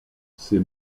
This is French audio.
ces